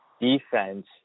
defense